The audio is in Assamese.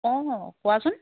অঁ কোৱাচোন